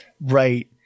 Right